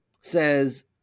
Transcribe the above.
says